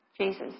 Jesus